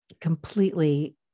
completely